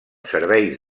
serveis